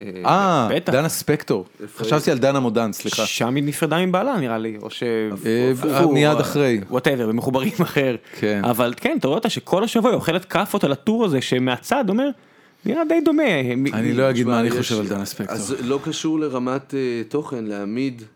אה... דנה ספקטור, חשבתי על דנה מודאן, סליחה. שם היא נפרדה מבעלה, נראה לי... או ש... מיד אחרי whatever מחוברים אחר. אבל כן אתה רואה אותה, שכל השבוע אוכלת כאפות על הטור הזה שמהצד אומר... נראה די דומה... אני לא אגיד מה אני חושב על דנה ספקטור... אז זה לא קשור לרמת תוכן... להעמיד.